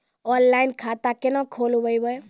Online खाता केना खोलभैबै?